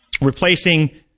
Replacing